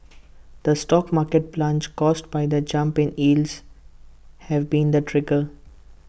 the stock market plunge caused by the jump in yields have been the trigger